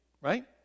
right